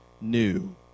new